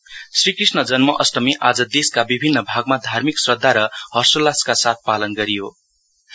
जन्माष्टमी श्री कृष्ण जन्माष्टी आज देशका विभिन्न भागमा धार्मिक श्रद्धा र हर्षोल्लासका साथमा पालन गरिँदैछ